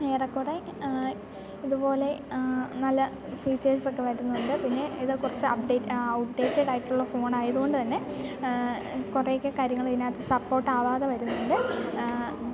ഏറെക്കുറേ ഇതു പോലെ നല്ല ഫീച്ചേഴ്സൊക്കെ വരുന്നുണ്ട് പിന്നെ ഇത് കുറച്ച് അപ്ഡേറ്റ് ഔട്ട്ഡേറ്റടായിട്ടുള്ള ഫോണായത് കൊണ്ടു തന്നെ കുറേയൊക്കെ കാര്യങ്ങൾ ഇതിനകത്ത് സപ്പോർട്ടാകാതെ വരുന്നുണ്ട്